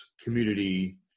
community